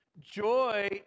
Joy